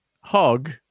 hog